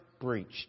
breached